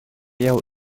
jouw